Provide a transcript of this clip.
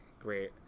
great